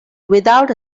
without